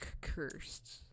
cursed